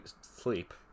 sleep